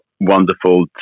wonderful